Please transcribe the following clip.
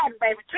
baby